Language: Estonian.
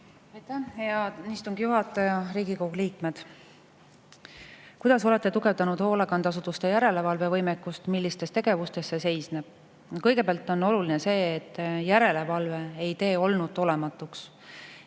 hea istungi juhataja! Riigikogu liikmed! "Kuidas olete tugevdanud hoolekandeasutuste järelevalve võimekust? Millistes tegevustes see seisneb?" Kõigepealt on oluline see, et järelevalve ei tee olnut olematuks.